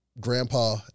grandpa